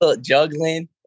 Juggling